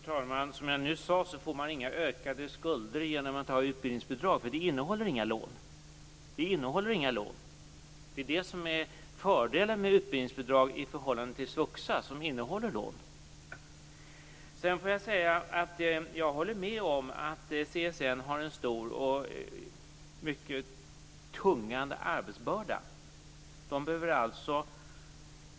Fru talman! Som jag nyss sade får man inga ökade skulder genom att ha utbildningsbidrag, för det innehåller inga lån. Det är det som är fördelen med utbildningsbidrag i förhållande till svuxa, som innehåller lån. Sedan får jag säga att jag håller med om att CSN har en stor och mycket tung arbetsbörda.